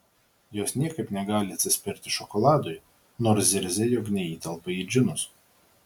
jos niekaip negali atsispirti šokoladui nors zirzia jog neįtelpa į džinus